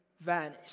vanish